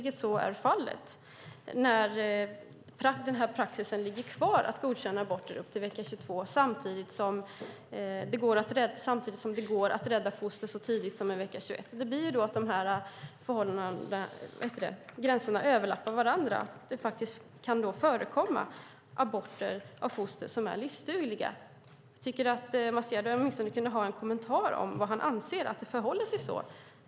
Det är ju fallet när denna praxis att godkänna aborter upp till vecka 22 ligger kvar samtidigt som det går att rädda foster så tidigt som i vecka 21. Gränserna överlappar varandra, och därmed kan det förekomma aborter av foster som är livsdugliga. Jag tycker att Mats Gerdau åtminstone kunde ge en kommentar om vad han anser om att det förhåller sig så.